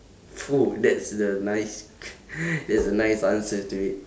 that's the nice that's a nice answer to it